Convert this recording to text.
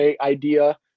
idea